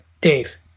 Dave